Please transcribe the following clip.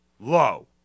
low